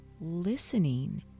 listening